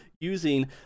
using